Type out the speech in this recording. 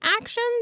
Actions